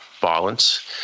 violence